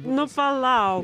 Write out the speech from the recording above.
nu palauk